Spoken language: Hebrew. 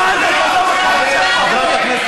חברת הכנסת